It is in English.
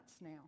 now